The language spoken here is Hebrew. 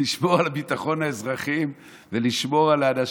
לשמור על ביטחון האזרחים ולשמור על האנשים.